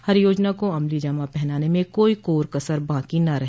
हर योजना को अमलीजामा पहनाने में कोई कोर कसर बाकी न रहे